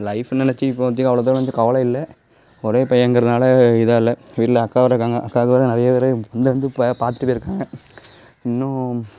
லைஃபை நினச்சி இப்போத்திக்கு அவ்வளோ தூரம் வந்துட்டு கவலை இல்லை ஒரே பையங்கிறதுனால இதாக இல்லை வீட்டில் அக்கா வேறு இருக்காங்க அக்காவுக்கு வேறு நிறைய தடவை பொண்ணு வந்து இப்போ பார்த்துட்டு போயிருக்காங்க இன்னும்